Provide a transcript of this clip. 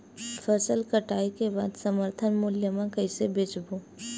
फसल कटाई के बाद समर्थन मूल्य मा कइसे बेचबो?